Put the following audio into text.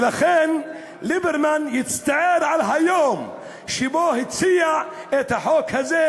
ולכן ליברמן יצטער על היום שבו הציע את החוק הזה,